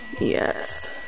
Yes